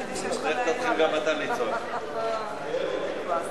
אדוני השר, כבוד השר